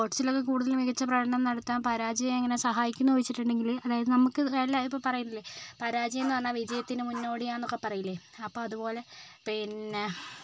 സ്പോർട്സിലൊക്കെ കൂടുതൽ മികച്ച പ്രകടനം നടത്താൻ പരാജയം എങ്ങനെ സഹായിക്കുന്നു എന്ന് വെച്ചിട്ടുണ്ടെങ്കിൽ അതായത് നമുക്ക് എല്ലാം ഇപ്പം പറയില്ലേ പരാജയം എന്ന് പറഞ്ഞാൽ വിജയത്തിന് മുന്നോടി ആണെന്ന് ഒക്കെ പറയില്ലേ അപ്പം അതുപോലെ പിന്നെ